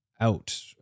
out